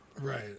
right